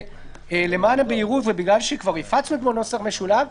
כשלמען הבהירות ובגלל שכבר הפצנו אתמול נוסח משולב,